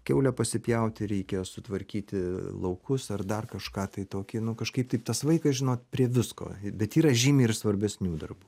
kiaulę pasipjauti reikia sutvarkyti laukus ar dar kažką tai toki nu kažkaip taip tas vaikas žinot prie visko bet yra žymiai ir svarbesnių darbų